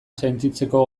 sentitzeko